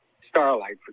starlight